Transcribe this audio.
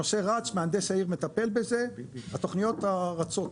הנושא רץ, מהנדס העיר מטפל בזה, התכניות רצות.